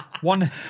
one